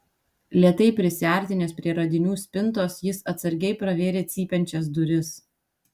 lėtai prisiartinęs prie radinių spintos jis atsargiai pravėrė cypiančias duris